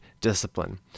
discipline